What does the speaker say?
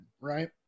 right